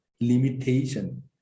limitation